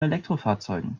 elektrofahrzeugen